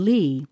Lee